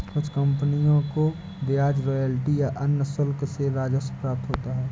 कुछ कंपनियों को ब्याज रॉयल्टी या अन्य शुल्क से राजस्व प्राप्त होता है